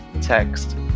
text